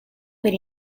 per